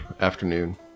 afternoon